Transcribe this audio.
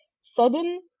sudden